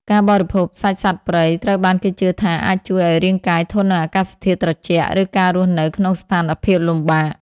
ការបរិភោគសាច់សត្វព្រៃត្រូវបានគេជឿថាអាចជួយឱ្យរាងកាយធន់នឹងអាកាសធាតុត្រជាក់ ឬការរស់នៅក្នុងស្ថានភាពលំបាក។